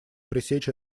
пресечь